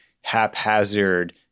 haphazard